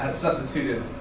substituted.